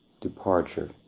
departure